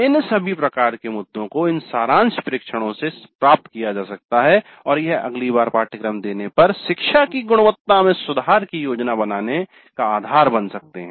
इन सभी प्रकार के मुद्दों को इन सारांश प्रेक्षणों से प्राप्त किया जा सकता है और यह अगली बार पाठ्यक्रम देने पर शिक्षा की गुणवत्ता में सुधार की योजना बनाने का आधार बन सकते है